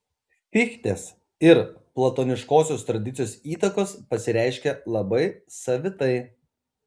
fichtės ir platoniškosios tradicijos įtakos pasireiškė labai savitai